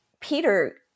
Peter